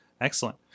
Excellent